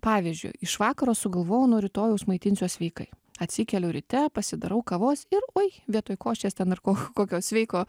pavyzdžiui iš vakaro sugalvojau nuo rytojaus maitinsiuos sveikai atsikeliu ryte pasidarau kavos ir oi vietoj košės ten ar ko kokio sveiko